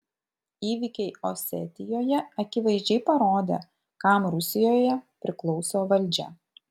įvykiai osetijoje akivaizdžiai parodė kam rusijoje priklauso valdžia